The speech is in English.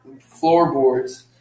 floorboards